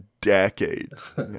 decades